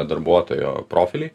darbuotojo profilį